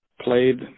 played